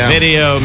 Video